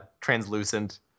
translucent